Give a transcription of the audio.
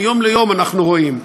מיום ליום אנחנו רואים זאת.